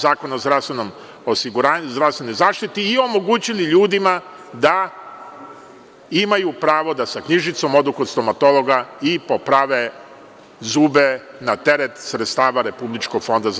Zakona o zdravstvenom osiguranja i zdravstvenoj zaštiti i omogućili ljudima da imaju pravo da sa knjižicom odukod stomatologa i poprave zube na teret sredstava RFZO.